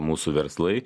mūsų verslai